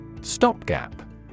Stopgap